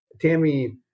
Tammy